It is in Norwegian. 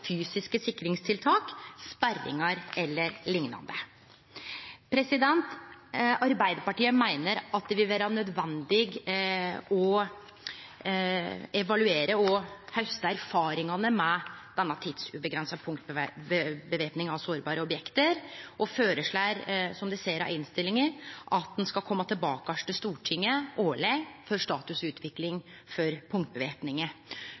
fysiske sikringstiltak, sperringar e.l. Arbeidarpartiet meiner at det vil vere nødvendig å evaluere og hauste erfaringar frå denne tidsuavgrensa punktvæpninga ved sårbare objekt, og føreslår, som ein ser av innstillinga, at ein skal kome tilbake til Stortinget årleg med statusutvikling for